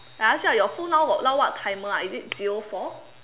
I ask you ah your phone now got now what timer ah is it zero four